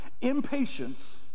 Impatience